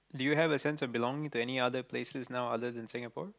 do you have a sense of belonging to any other places now other than Singapore